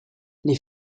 les